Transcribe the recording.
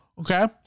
okay